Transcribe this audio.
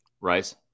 Rice